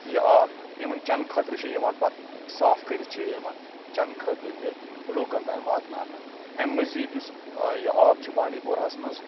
یہِ آب اِوٕن چٮ۪نہٕ خٲطرٕ چھِ یِوان پَتہٕ صاف کٔرِتھ چھےٚ یہِ یِوان چٮ۪نہٕ خٲطرٕ تہِ لُکَن تام واتناونہٕ اَمہِ مٔزیٖد یُس یہِ آب چھِ بانڈی پورہَس منٛز